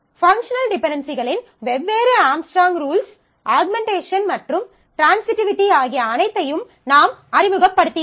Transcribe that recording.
functional டிபென்டென்சிகளின் வெவ்வேறு Armstrong rules Armstrong's rules augmentation மற்றும் ட்ரான்சிட்டிவிட்டி ஆகிய அனைத்தையும் நாம் அறிமுகப்படுத்தியுள்ளோம்